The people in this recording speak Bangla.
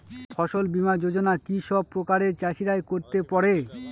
ফসল বীমা যোজনা কি সব প্রকারের চাষীরাই করতে পরে?